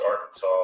Arkansas